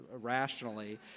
rationally